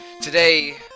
today